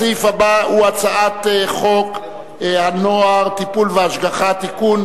אני קובע שהצעת החוק עברה בקריאה טרומית,